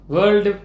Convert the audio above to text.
World